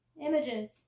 Images